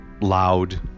loud